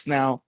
Now